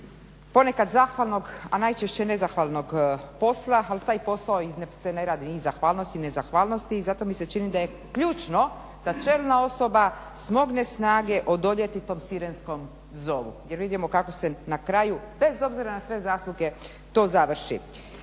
ponekad zahvalnog, a najčešće nezahvalnog posla. Ali taj posao se ne radi ni zahvalnosti ni nezahvalnosti i zato mi se čini da je ključno da čelna osoba smogne snage odoljeti tom sirenskom zovu. Jer vidimo kako se na kraju bez obzira na sve zasluge to završi.